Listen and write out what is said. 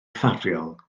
ffafriol